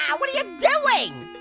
um what yeah doing?